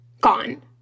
gone